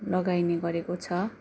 लगाइने गरेको छ